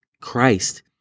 Christ